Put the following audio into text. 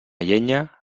llenya